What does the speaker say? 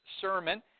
Sermon